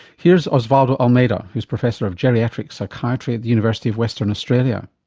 here's osvaldo almeida who's professor of geriatric psychiatry at the university of western australia.